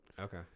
Okay